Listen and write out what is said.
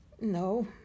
No